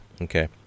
okay